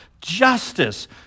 justice